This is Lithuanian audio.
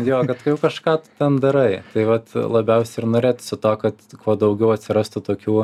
jo kad jau kažką tu ten darai tai vat labiausiai ir norėtųsi to kad kuo daugiau atsirastų tokių